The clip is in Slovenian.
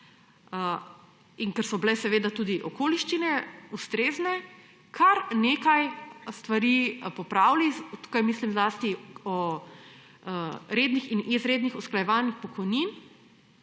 in ker so bile seveda tudi okoliščine ustrezne, kar nekaj stvari popravili. Tukaj mislim zlasti na redna in izredna usklajevanja pokojnin.